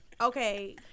okay